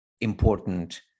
important